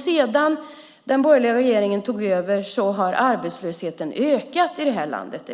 Sedan den borgerliga regeringen tog över har arbetslösheten ökat i det här landet. Det